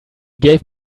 gave